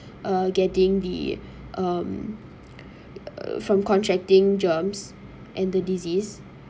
uh getting the um from contracting germs and the disease